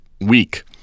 weak